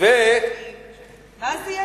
ואז יהיה,